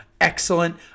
excellent